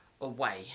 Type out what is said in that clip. away